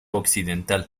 occidental